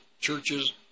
churches